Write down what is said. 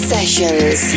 Sessions